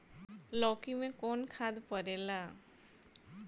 लौकी में कौन खाद पड़ेला?